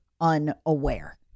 unaware